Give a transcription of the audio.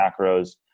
macros